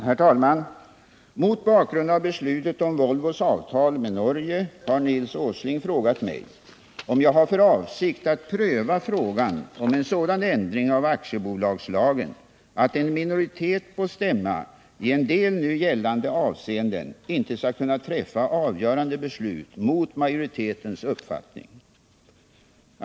Herr talman! Mot bakgrund av beslutet om Volvos avtal med Norge har Nils Åsling frågat mig om jag har för avsikt att pröva frågan om en sådan ändring av aktiebolagslagen att en minoritet på stämma i en del nu gällande avseenden inte skall kunna träffa avgörande beslut mot majoritetens uppfattning.